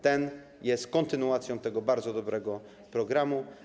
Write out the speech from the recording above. Ten jest kontynuacją tego bardzo dobrego programu.